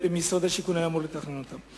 שמשרד השיכון היה אמור לתכנן אותם.